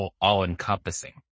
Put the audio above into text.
all-encompassing